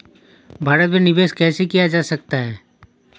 भारत में निवेश कैसे किया जा सकता है?